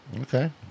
Okay